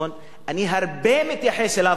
אני הרבה מתייחס אליו בערבית.